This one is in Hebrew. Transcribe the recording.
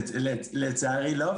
לצערי לא.